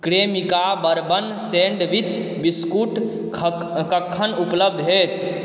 Cremica bourbon sandwich biscuit कखन उपलब्ध हैत